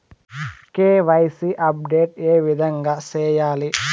KYC update ఏ విధంగా సేయాలి?